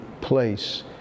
place